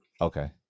Okay